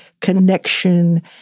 connection